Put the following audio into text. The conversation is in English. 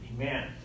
Amen